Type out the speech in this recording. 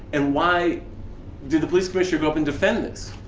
and why did the police commissioner go up and defend this?